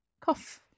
Cough